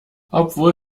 obwohl